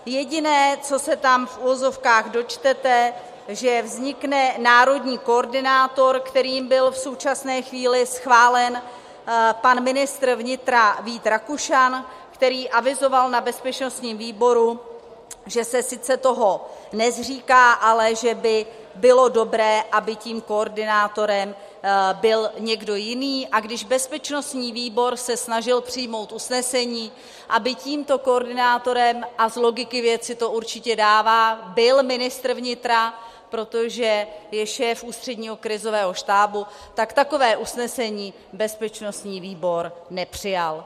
Jediné, co se tam v uvozovkách dočtete, že vznikne národní koordinátor, kterým byl v současné chvíli schválen pan ministr vnitra Vít Rakušan, který avizoval na bezpečnostním výboru, že se sice toho nezříká, ale že by bylo dobré, aby tím koordinátorem byl někdo jiný, a když se bezpečnostní výbor snažil přijmout usnesení, aby tímto koordinátorem, a logiku věci to určitě dává, byl ministr vnitra, protože je šéf ústředního krizového štábu, tak takové usnesení bezpečnostní výbor nepřijal.